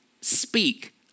speak